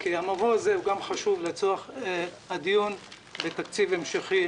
המבוא הזה חשוב גם לצורך הדיון בתקציב ההמשכי